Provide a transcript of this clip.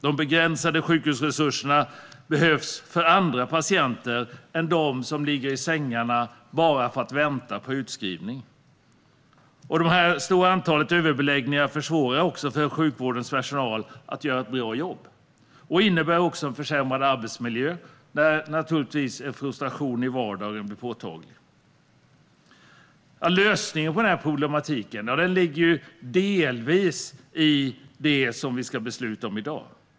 De begränsade sjukhusresurserna behövs för andra patienter än de som ligger i sängarna och bara väntar på utskrivning. Det stora antalet överbeläggningar försvårar också för sjukvårdens personal att göra ett bra jobb och innebär en försämrad arbetsmiljö när en frustration i vardagen blir påtaglig. Lösningen på problematiken ligger delvis i det som vi ska besluta om i dag.